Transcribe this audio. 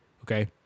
Okay